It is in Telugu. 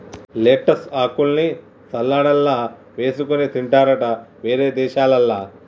లెట్టస్ ఆకుల్ని సలాడ్లల్ల వేసుకొని తింటారట వేరే దేశాలల్ల